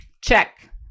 check